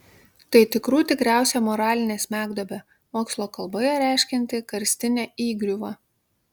tai tikrų tikriausia moralinė smegduobė mokslo kalboje reiškianti karstinę įgriuvą